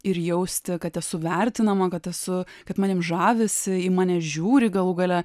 ir jausti kad esu vertinama kad esu kad manim žavisi į mane žiūri galų gale